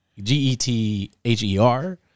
G-E-T-H-E-R